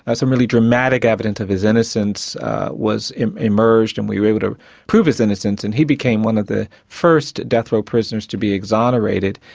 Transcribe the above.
ah some really dramatic evidence of his innocence was, emerged and we were able to prove his innocence and he became one of the first death row prisoners to be exonerated.